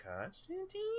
Constantine